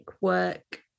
work